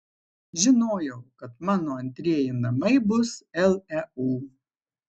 žinojau kad mano antrieji namai bus leu